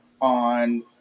on